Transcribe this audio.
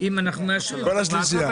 אם נאשר.